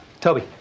Toby